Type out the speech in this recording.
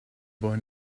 boy